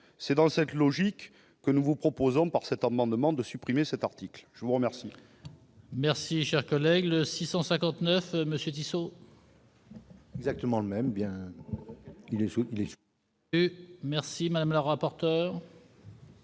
C'est dans cette logique que nous vous proposons, par cet amendement, de supprimer cet article. La parole